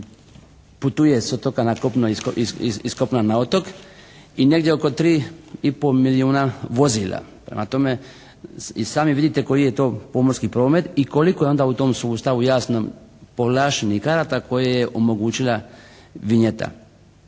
putuje s otoka na kopno i s kopna na otok i negdje oko 3 i po milijuna vozila. Prema tome i sami vidite koji je to pomorski promet i koliko je onda u tom sustavu jasno povlaštenih karata koje je omogućila vinjeta.